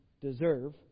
deserve